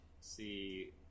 see